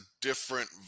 different